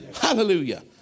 hallelujah